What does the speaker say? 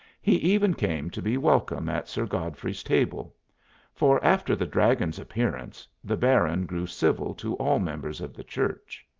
he even came to be welcome at sir godfrey's table for after the dragon's appearance, the baron grew civil to all members of the church.